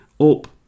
up